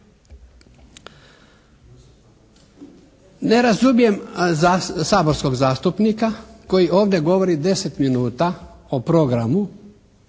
Ne razumijem saborskog zastupnika koji ovdje govori deset minuta o programu.